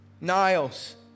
Niles